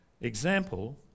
example